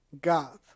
God